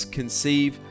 conceive